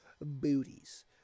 booties